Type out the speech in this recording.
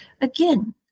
again